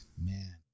Man